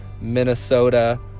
Minnesota